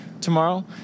tomorrow